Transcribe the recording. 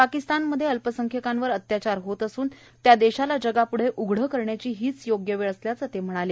पाकिस्तानमध्ये अल्पसंख्यकांवर अत्याचार होत असून त्या देशाला जगाप्ढं उघड करण्याची हीच योग्य वेळ असल्याचं ते म्हणाले